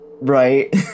Right